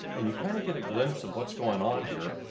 and you kind of get a glimpse of what's going on here.